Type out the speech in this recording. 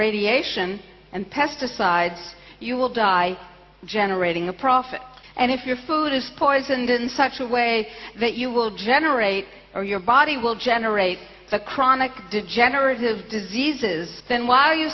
irradiation and pesticides you will die generating a profit and if your food is poisoned in such a way that you will generate or your body will generate the chronic degenerative diseases then why are you